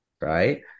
right